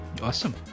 Awesome